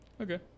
Okay